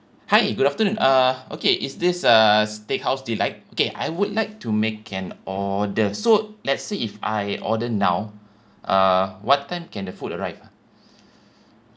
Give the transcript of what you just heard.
hi good afternoon uh okay is this uh steakhouse delight okay I would like to make an order so let's say if I order now uh what time can the food arrive ah